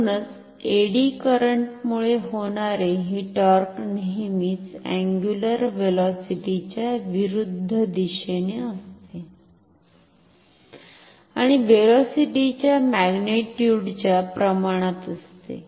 म्हणूनच एडी करंटमुळे होणारे हे टॉर्क नेहमीच अन्ग्युलर व्हेलॉसिटीच्या विरुद्ध दिशेने असते आणि व्हेलॉसिटीच्या मॅग्निट्युडच्या प्रमाणात असते